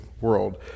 world